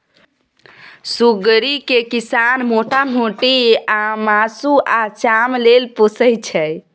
सुग्गरि केँ किसान मोटा मोटी मासु आ चाम लेल पोसय छै